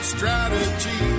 strategy